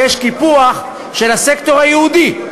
שיש קיפוח של הסקטור היהודי.